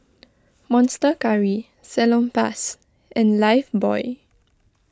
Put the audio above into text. Monster Curry Salonpas and Lifebuoy